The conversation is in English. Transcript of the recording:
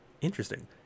interesting